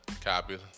Copy